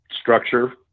structure